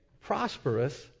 prosperous